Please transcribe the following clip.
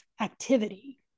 activity